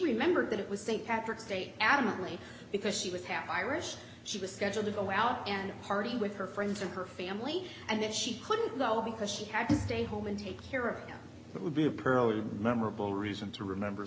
remembered that it was st patrick's day adamantly because she was half irish she was scheduled to go out and party with her friends and her family and that she couldn't go because she had to stay home and take care of what would be a pearly memorable reason to remember